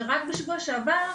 ורק בשבוע שעבר,